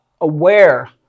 aware